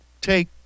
take